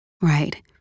Right